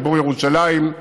חיבור ירושלים,